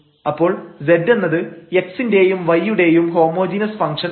അപ്പോൾ z എന്നത് x ന്റെയും y യുടെയും ഹോമോജീനസ് ഫംഗ്ഷൻ അല്ല